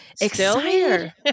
excited